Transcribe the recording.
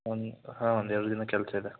ಒಂದು ಹಾಂ ಒಂದೆರಡು ದಿನ ಕೆಲಸ ಇದೆ